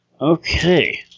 Okay